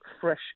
fresh